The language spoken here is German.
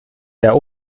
der